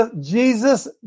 Jesus